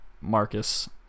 Marcus